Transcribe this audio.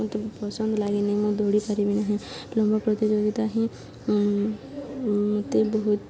ମୋତେ ପସନ୍ଦ ଲାଗେନି ମୁଁ ଦୌଡ଼ି ପାରିବି ନାହିଁ ଲମ୍ବ ପ୍ରତିଯୋଗିତା ହିଁ ମୋତେ ବହୁତ